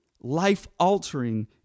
life-altering